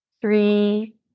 three